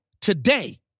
today